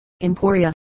Emporia